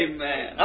Amen